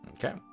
Okay